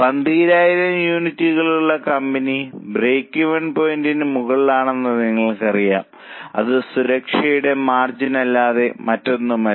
12000 യൂണിറ്റുകളുള്ള കമ്പനി ബ്രേക്ക്വെൻ പോയിന്റിന് മുകളിലാണെന്ന് നമ്മൾക്കറിയാം അത് സുരക്ഷയുടെ മാർജിൻ അല്ലാതെ മറ്റൊന്നുമല്ല